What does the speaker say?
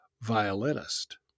violinist